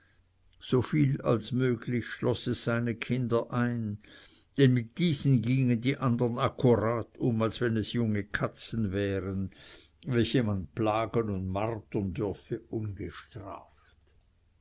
so viel als möglich schloß es seine kinder ein denn mit diesen gingen die andern akkurat um als wenn es junge katzen wären welche man plagen und martern dürfe ungestraft